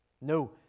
No